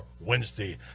Wednesday